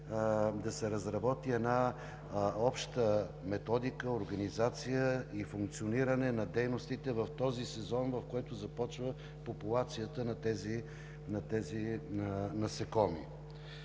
да се разработи една обща методика, организация и функциониране на дейностите в този сезон, в който започва популацията на тези насекоми.